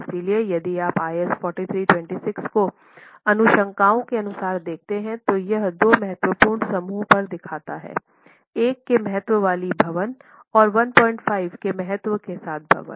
इसलिए यदि आप IS 4326 को अनुशंसाओं के अनुसार देखते हैं तो यह दो महत्वपूर्ण समूह पर दिखता है 1 के महत्व वाले भवन और 15 के महत्व के साथ भवन